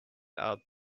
out